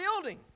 building